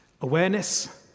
Awareness